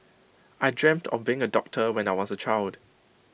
I dreamt of being A doctor when I was A child